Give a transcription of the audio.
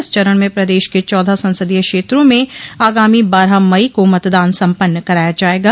इस चरण में प्रदेश के चौदह संसदीय क्षेत्रों में आगामी बारह मई को मतदान सम्पन्न कराया जायेगा